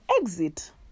exit